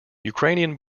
ukrainian